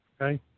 okay